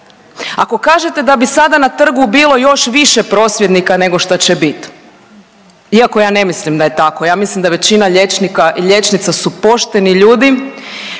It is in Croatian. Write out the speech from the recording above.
ako kažete da bi sada na trgu bilo još više prosvjednika nego što će biti iako ja ne mislim da je tako. Ja mislim da većina liječnika i liječnica su pošteni ljudi